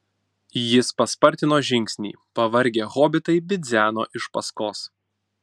jis paspartino žingsnį pavargę hobitai bidzeno iš paskos